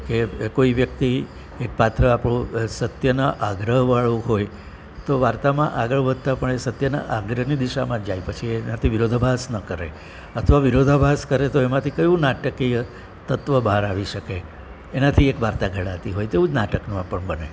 કે કોઈ વ્યક્તિ એક પાત્ર આપણું સત્યના આગ્રહવાળું હોય તો વાર્તામાં આગળ વધતાં પણ એ સત્યના આગ્રહની દિશામાં જાય પછી એનાથી વિરોધાભાસ ન કરે અથવા વિરોધાભાસ કરે તો એમાંથી કયું નાટકીય તત્ત્વ બહાર આવી શકે એનાથી એક વાર્તા ઘડાતી હોય તો તેવું જ નાટકમાં પણ બને